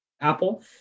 Apple